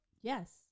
Yes